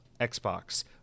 Xbox